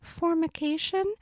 formication